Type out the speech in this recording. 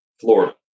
Florida